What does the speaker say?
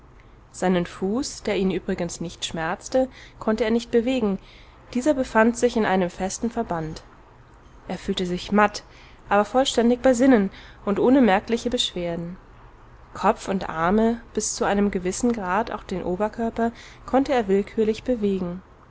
seinen fuß der ihn übrigens nicht schmerzte konnte er nicht bewegen dieser befand sich in einem festen verband er fühlte sich matt aber vollständig bei sinnen und ohne merkliche beschwerden kopf und arme bis zu einem gewissen grad auch den oberkörper konnte er willkürlich bewegen